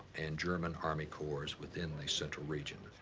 and german army corps within the central region.